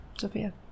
Sophia